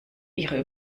ihre